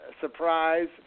surprise